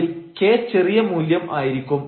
അതിൽ k ചെറിയ മൂല്യം ആയിരിക്കും